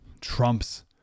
Trump's